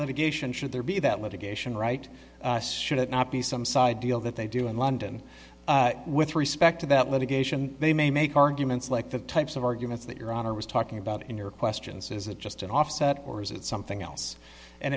litigation should there be that litigation right should it not be some side deal that they do in london with respect to that litigation they may make arguments like the types of arguments that your honor was talking about in your questions is it just an offset or is it something else and